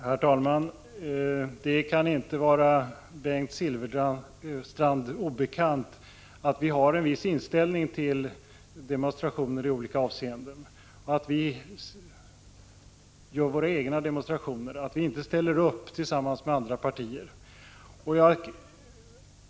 Herr talman! Det kan inte vara Bengt Silfverstrand obekant att vi i moderata samlingspartiet har en viss inställning till demonstrationer i olika avseenden. Vi gör våra egna demonstrationer och ställer inte upp tillsammans med andra partier.